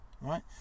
right